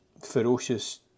ferocious